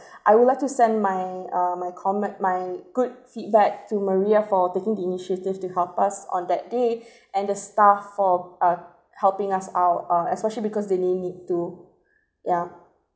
I would like to send my uh my comme~ my good feedback to maria for taking the initiative to help us on that day and the staff for uh helping us out uh especially because they didn't need to yeah